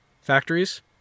factories